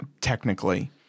technically